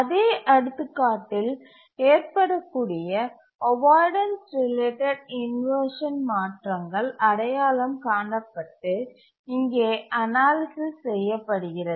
அதே எடுத்துக்காட்டில் ஏற்படக்கூடிய அவாய்டன்ஸ் ரிலேட்டட் இன்வர்ஷன் மாற்றங்கள் அடையாளம் காணப்பட்டு இங்கே அனாலிசிஸ் செய்யப்படுகிறது